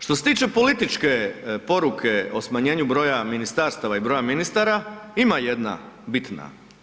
Što se tiče političke poruke o smanjenju broja ministarstava i broja ministara, ima jedna bitna.